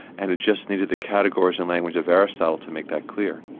and it just needed the categories and language of aristotle to make that clear.